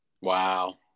Wow